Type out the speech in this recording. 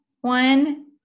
one